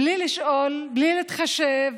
בלי לשאול, בלי להתחשב,